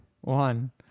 one